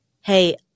hey